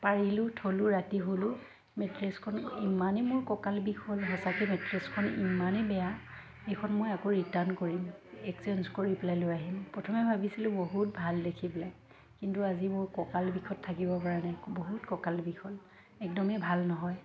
পাৰিলোঁ থ'লোঁ ৰাতি শুলো মেট্ৰেছখন ইমানেই মোৰ কঁকাল বিষ হ'ল সঁচাকৈ মেট্ৰেছখন ইমানেই বেয়া এইখন মই আকৌ ৰিটাৰ্ণ কৰিম এক্সেঞ্জ কৰি পেলাই লৈ আহিম প্ৰথমে ভাবিছিলোঁ বহুত ভাল দেখি পেলাই কিন্তু আজি মোৰ কঁকাল বিষত থাকিব পৰা নাই বহুত কঁকাল বিষ হ'ল একদমেই ভাল নহয়